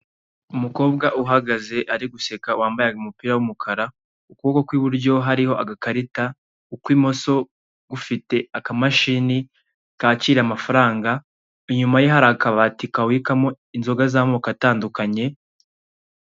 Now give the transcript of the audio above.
Umukobwa uhagaze ari guseka wambaye umupira k'umukara mu kabako k'iburyo haramo agakarita, ukw'imuso gufite akamashini, kakira amafaranga, imyuma ye hari akabati kabikwamo inzoga z'amoko atandukanye.